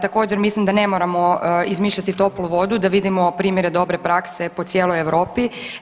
Također mislim da ne moramo izmišljati toplu vodu, da vidimo primjere dobre prakse po cijeloj Europi.